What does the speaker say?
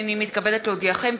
הנני מתכבדת להודיעכם,